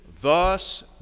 Thus